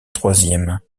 troisième